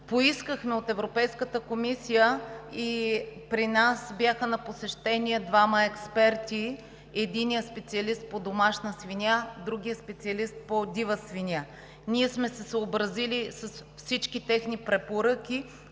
Поискахме от Европейската комисия и при нас бяха на посещение двама експерти: единият – специалист по домашна свиня, другият – специалист по дива свиня. Ние сме се съобразили с всички техни препоръки,